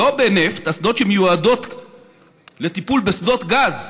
לא בנפט, אסדות שמיועדות לטיפול בשדות גז,